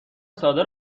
ساده